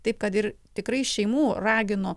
taip kad ir tikrai šeimų raginu